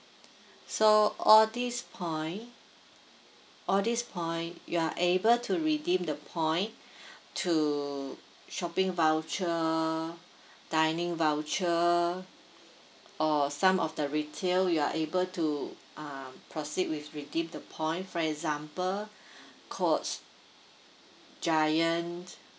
so all this point all this point you are able to redeem the point to shopping voucher dining voucher or some of the retail you are able to uh proceed with redeem the point for example clothes giant